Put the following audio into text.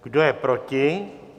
Kdo je proti?